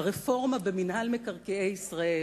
הרפורמה במינהל מקרקעי ישראל.